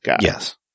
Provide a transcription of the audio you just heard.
Yes